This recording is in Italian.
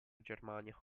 germania